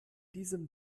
diesem